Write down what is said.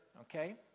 okay